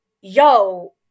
yo